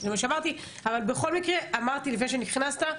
אחד הדברים היפים והמועילים בשב"ס זה הנתונים הרבים